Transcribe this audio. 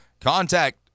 contact